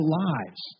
lives